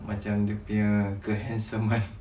macam dia punya kehansomeman